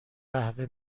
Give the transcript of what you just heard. قهوه